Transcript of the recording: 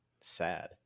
sad